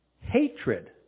hatred